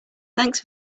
thanks